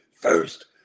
first